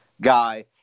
guy